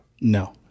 No